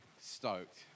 stoked